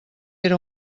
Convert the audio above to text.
era